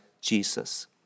Jesus